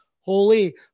Holy